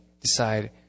decide